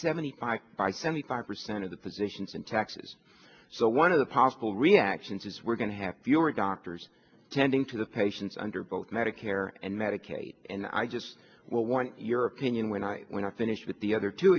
seventy five by seventy five percent of the physicians in taxes so one of the possible reactions is we're going to have fewer doctors tending to the patients under both medicare and medicaid and i just want your opinion when i when i finish with the other two